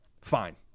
fine